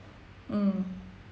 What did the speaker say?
mm